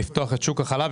לפתוח את שוק החלב.